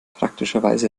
praktischerweise